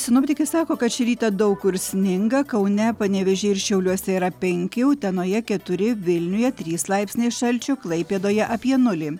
sinoptikai sako kad šį rytą daug kur sninga kaune panevėžyje ir šiauliuose yra penki utenoje keturi vilniuje trys laipsniai šalčio klaipėdoje apie nulį